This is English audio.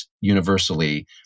universally